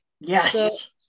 yes